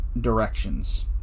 directions